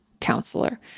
counselor